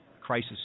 crisis